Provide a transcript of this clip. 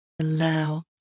Allow